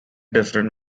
different